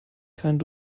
keinen